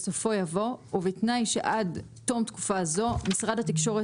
בסופו יבוא 'ובתנאי שעד תום תקופה זו משרד התקשורת